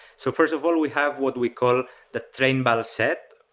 so first of all, we have what we call the train bal set,